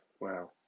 Wow